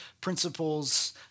principles